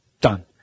Done